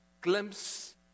glimpse